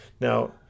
Now